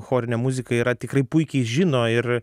chorinė muzika yra tikrai puikiai žino ir